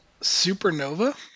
Supernova